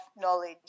knowledge